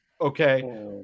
okay